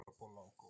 Polanco